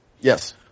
Yes